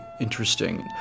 interesting